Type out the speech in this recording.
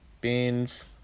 beans